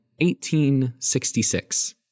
1866